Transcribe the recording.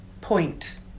point